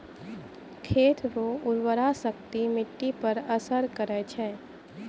खेत रो उर्वराशक्ति मिट्टी पर असर करै छै